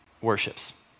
worships